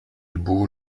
beau